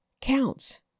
counts